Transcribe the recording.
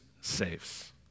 saves